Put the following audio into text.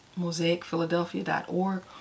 mosaicphiladelphia.org